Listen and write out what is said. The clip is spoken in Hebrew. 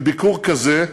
שביקור כזה,